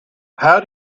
how